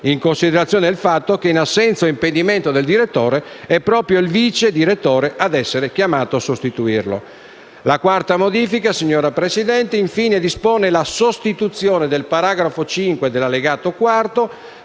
in considerazione del fatto che in assenza o impedimento del direttore, è proprio il vicedirettore a essere chiamato a sostituirlo. La quarta modifica, infine, signora Presidente, dispone la sostituzione del paragrafo 5 dell'Allegato IV,